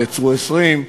נעצרו 20,